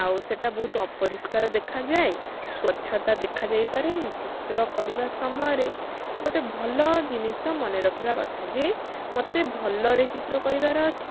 ଆଉ ସେଇଟା ବହୁତ ଅପରିଷ୍କାର ଦେଖା ଯାଏ ସ୍ୱଚ୍ଛତା ଦେଖାଯାଇ ପାରେନି ଚିତ୍ର କରିବା ସମୟରେ ଗୋଟେ ଭଲ ଜିନିଷ ମନେ ରଖିବା କଥା ଯେ ମୋତେ ଭଲରେ ଚିତ୍ର କରିବାର ଅଛି